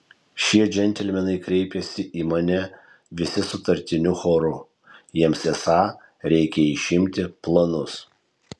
šie džentelmenai kreipėsi į mane visi sutartiniu choru jiems esą reikia išimti planus